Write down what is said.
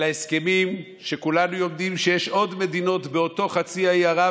אלא הסכמים שכולנו יודעים שיש עוד מדינות באותו חצי האי ערב